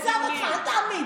סעדה, עזוב אותך, אל תעמיד.